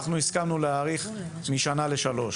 הסכמנו להאריך משנה לשלוש.